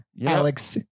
Alex